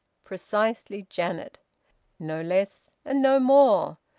precisely janet no less and no more!